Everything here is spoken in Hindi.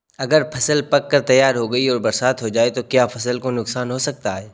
अगर फसल पक कर तैयार हो गई है और बरसात हो जाए तो क्या फसल को नुकसान हो सकता है?